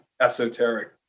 esoteric